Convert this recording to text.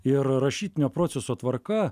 ir rašytinio proceso tvarka